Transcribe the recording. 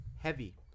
heavy